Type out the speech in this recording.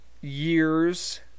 years